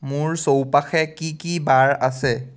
মোৰ চৌপাশে কি কি বাৰ আছে